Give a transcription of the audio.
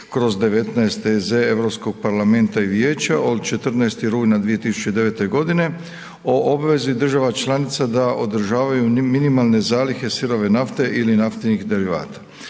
2009/19 EZ Europskog parlamenta i vijeća od 14. rujna 2009. godine o obvezi država članica da održavaju minimalne zalihe sirove nafte ili naftnih derivata.